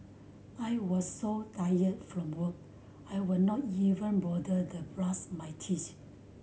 I was so tired from work I would not even bother to brush my teeth